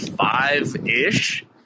five-ish